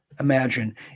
Imagine